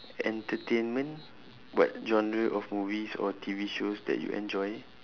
entertainment what genre of movies or T_V shows that you enjoy